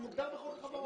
הוא מוגדר בחוק החברות.